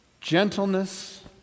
gentleness